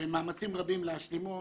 במאמצים רבים להשלימו.